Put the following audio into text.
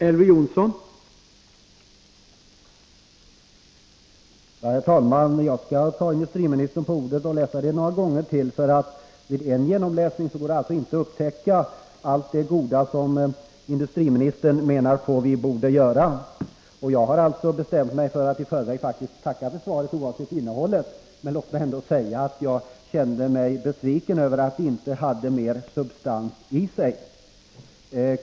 Herr talman! Jag skall ta industriministern på orden och läsa svaret några gånger till. Vid en genomläsning går det inte att upptäcka allt det goda som industriministern anser att vi borde göra. Jag hade faktiskt i förväg bestämt mig för att tacka för svaret, oavsett innehållet. Men låt mig ändå säga att jag kände mig besviken över att det inte hade mer substans i sig.